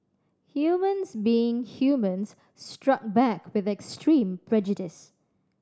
humans being humans struck back with extreme prejudice